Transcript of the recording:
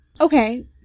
Okay